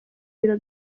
biro